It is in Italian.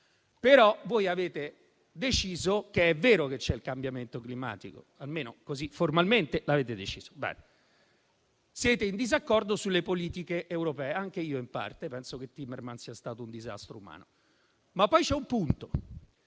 però avete deciso che è vero che c'è il cambiamento climatico, almeno così formalmente l'avete deciso. Siete in disaccordo sulle politiche europee, anche io in parte penso che Timmermans sia stato un disastro umano, ma poi c'è un punto: